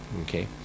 okay